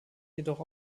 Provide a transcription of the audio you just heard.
jedoch